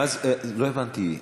לא הבנתי.